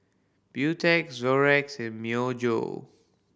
Beautex Zorex and Myojo